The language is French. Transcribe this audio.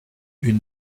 une